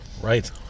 right